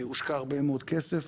הושקע הרבה מאוד כסף.